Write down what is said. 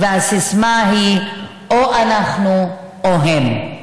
והסיסמה היא "או אנחנו או הם".